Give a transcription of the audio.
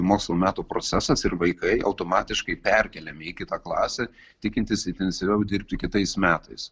mokslo metų procesas ir vaikai automatiškai perkeliami į kitą klasę tikintis intensyviau dirbti kitais metais